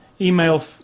Email